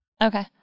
Okay